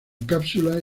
cápsulas